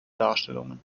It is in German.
darstellungen